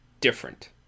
different